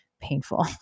Painful